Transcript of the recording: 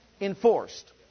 enforced